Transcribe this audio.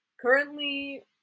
currently